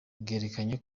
bwerekanye